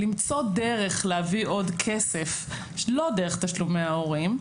למצוא דרך להביא עוד כסף לא דרך תשלומי ההורים,